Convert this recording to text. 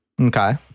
Okay